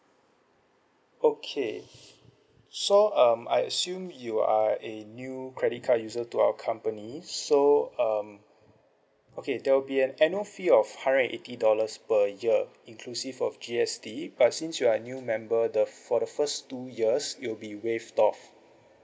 okay so um I assume you are a new credit card user to our company so um okay there will be an annual fee of hundred eighty dollars per year inclusive of G_S_T but since you are new member the for the first two years it'll be waived off